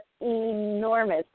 enormous